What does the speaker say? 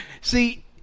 See